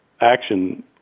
action